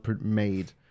made